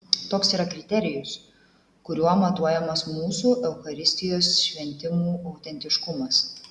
toks yra kriterijus kuriuo matuojamas mūsų eucharistijos šventimų autentiškumas